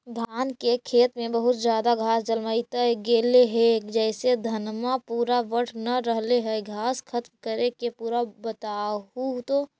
धान के खेत में बहुत ज्यादा घास जलमतइ गेले हे जेसे धनबा पुरा बढ़ न रहले हे घास खत्म करें के उपाय बताहु तो?